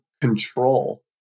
control